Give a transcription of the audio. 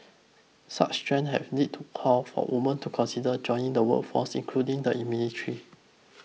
such trends have lead to calls for women to consider joining the workforce including the in military